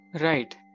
Right